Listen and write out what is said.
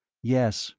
yes.